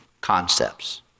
concepts